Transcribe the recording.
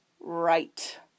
right